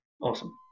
awesome